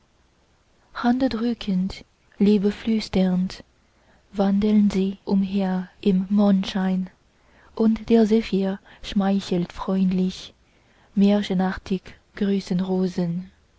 ihr händedrückend liebeflüsternd wandeln sie umher im mondschein und der zephir schmeichelt freundlich märchenartig grüßen